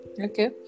Okay